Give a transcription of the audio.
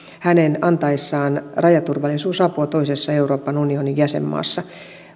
hänen antaessaan rajaturvallisuusapua toisessa euroopan unionin jäsenmaassa